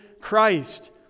Christ